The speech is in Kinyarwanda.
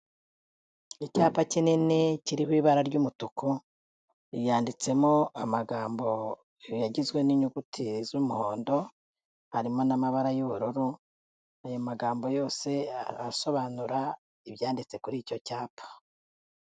Icyapa kinini kiriho ibara ry'umutuku ryanditsemo amagambo agizwe n'inyuguti z'umuhondo. Harimo n'amabara y'ubururu. Ayo magambo yose arasobanura ibyanditse kuri icyo cyapa.